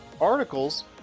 articles